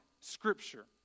Scripture